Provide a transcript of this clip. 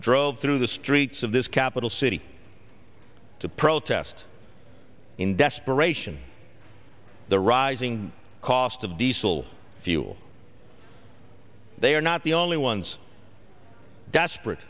drove through the streets of this capital city to protest in desperation the rising cost of diesel fuel they are not the only ones desperate